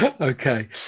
Okay